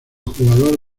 jugador